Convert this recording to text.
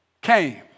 came